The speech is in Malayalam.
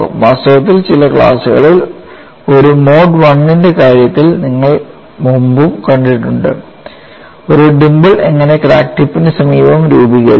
വാസ്തവത്തിൽ ചില ക്ലാസുകളിൽ ഒരു മോഡ് I ന്റെ കാര്യത്തിൽ നിങ്ങൾ മുമ്പ് കണ്ടിട്ടുണ്ട് ഒരു ഡിംപിളിൾ എങ്ങനെ ക്രാക്ക് ടിപ്പിന് സമീപം രൂപീകരിച്ചു